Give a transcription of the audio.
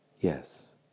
Yes